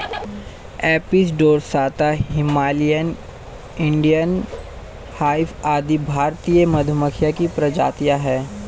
Apis dorsata, Himalayan, Indian hive आदि भारतीय मधुमक्खियों की प्रजातियां है